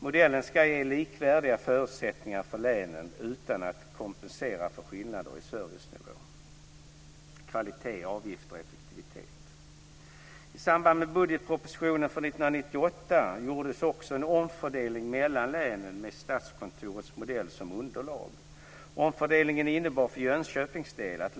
Modellen ska ge likvärdiga förutsättningar för länen utan att kompensera för skillnader i servicenivå, kvalitet, avgifter och effektivitet.